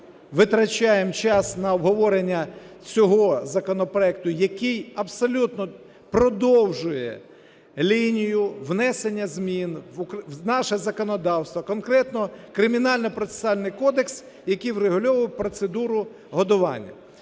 витрачаємо час на обговорення цього законопроекту, який абсолютно продовжує лінію внесення змін у наше законодавство, конкретно – в Кримінальний процесуальний кодекс, який врегульовує процедуру годування.